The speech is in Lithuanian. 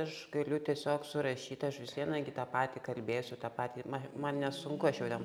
aš galiu tiesiog surašyt aš vis viena gi tą patį kalbėsiu tą patį ma man nesunku aš jau ten